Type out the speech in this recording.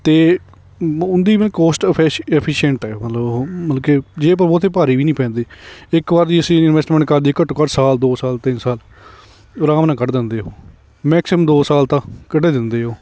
ਅਤੇ ਉਹਦੀ ਮੈਂ ਕੋਸਟ ਅਫੈਸ ਐਫੀਸ਼ੈਂਟ ਆ ਮਤਲਬ ਉਹ ਮਤਲਬ ਕਿ ਜੇ ਆਪਾਂ ਬਹੁਤ ਭਾਰੀ ਵੀ ਨਹੀਂ ਪੈਂਦੇ ਇੱਕ ਵਾਰੀ ਅਸੀਂ ਇਨਵੈਸਟਮੈਂਟ ਕਰਦੇ ਘੱਟੋ ਘੱਟ ਸਾਲ ਦੋ ਸਾਲ ਤਿੰਨ ਸਾਲ ਆਰਾਮ ਨਾਲ ਕੱਢ ਦਿੰਦੇ ਉਹ ਮੈਕਸੀਮਮ ਦੋ ਸਾਲ ਤਾਂ ਕੱਢ ਹੀ ਦਿੰਦੇ ਉਹ